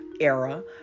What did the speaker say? era